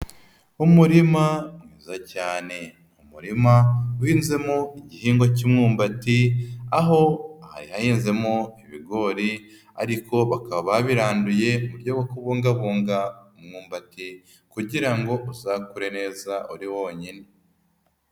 Umurima mwiza cyane, umurima uhinzemo igihingwa cy'umwumbati aho hari hahinzemo ibigori ariko bakaba babiranduye mu buryo bwo kubungabunga umwumbati kugira ngo uzakure neza uri wonyine.